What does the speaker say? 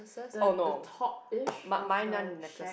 the the top ish of the shack